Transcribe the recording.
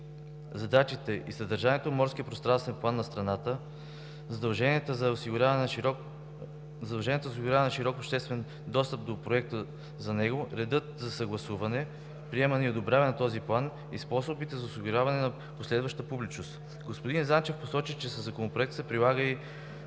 задачите и съдържанието на Морския пространствен план на страната, задълженията за осигуряване на широк обществен достъп до проекта за него, редът за съгласуване, приемане и одобряване на този план и способите за осигуряване на последваща публичност. Господин Занчев посочи, че със Законопроекта се предлага и